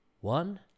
one